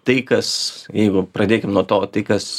tai kas jeigu pradėkim nuo to tai kas